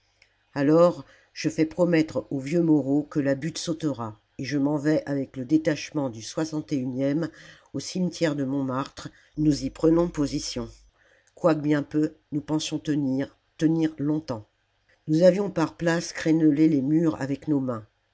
alors je fais promettre au vieux moreau que la butte sautera et je m'en vais avec le détachement du e au cimetière la commune montmartre nous y prenons position quoique bien peu nous pensions tenir tenir longtemps nous avions par places crénelé les murs avec nos mains